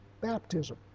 baptism